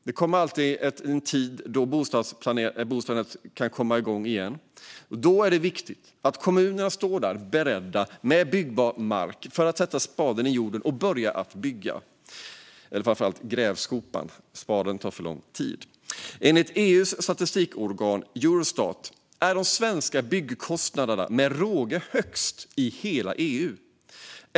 Det kommer alltid en tid då bostadsplaneringen kan komma igång igen, och då är det viktigt att kommunerna står beredda med byggbar mark så att man kan sätta spaden i marken och börja bygga. Eller framför allt grävskopan - spaden tar för lång tid. Enligt EU:s statistikorgan Eurostat är de svenska byggkostnaderna med råge högst i hela EU.